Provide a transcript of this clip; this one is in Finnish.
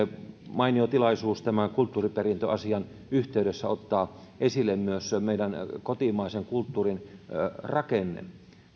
mainio tilaisuus tämän kulttuuriperintöasian yhteydessä ottaa esille myös meidän kotimaisen kulttuurimme rakenne